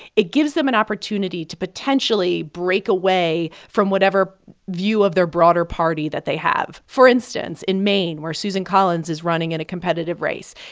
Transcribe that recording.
it gives them an opportunity to potentially break away from whatever view of their broader party that they have. for instance, in maine, where susan collins is running in a competitive race,